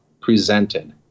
presented